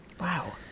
Wow